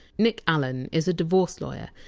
nick allen is a divorce lawyer,